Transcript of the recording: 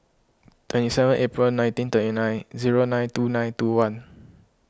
twenty seven April nineteen thirty nine zero nine two nine two one